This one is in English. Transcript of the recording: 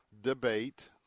debate